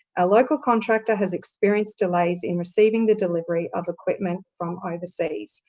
a local contractor has experienced delays in receiving the delivery of equipment from overseas.